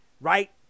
right